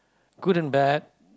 good and bad